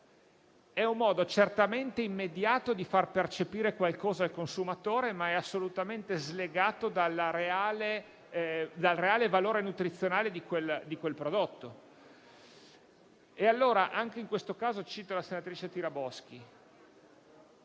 è un modo certamente immediato di far percepire qualcosa al consumatore, ma è assolutamente slegato dal reale valore nutrizionale di quel prodotto. Anche in questo caso cito la senatrice Tiraboschi: